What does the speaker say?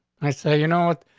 i said, you know what?